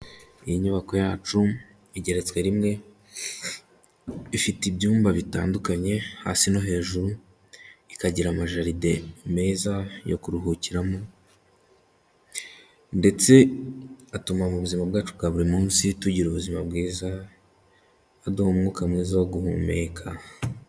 Iyi nyubako yacu igeretswe rimwe, ifite ibyumba bitandukanye hasi no hejuru, ikagira amajeride meza yo kuruhukiramo ndetse atuma muzima bwacu bwa buri munsi tugira ubuzima bwiza, aduha umwuka mwiza wo guhumeka.